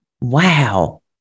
Wow